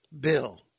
bill